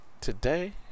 today